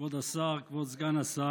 כבוד השר, כבוד סגן השר,